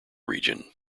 region